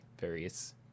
various